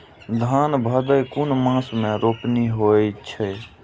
धान भदेय कुन मास में रोपनी होय छै?